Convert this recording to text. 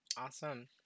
Awesome